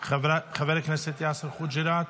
חבר הכנסת יאסר חוג'יראת,